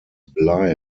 blei